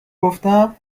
گفتم